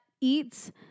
eats